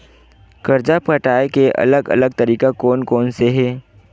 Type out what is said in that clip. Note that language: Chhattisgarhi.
कर्जा पटाये के अलग अलग तरीका कोन कोन से हे?